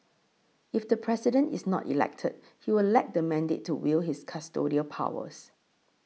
if the President is not elected he will lack the mandate to wield his custodial powers